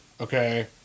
okay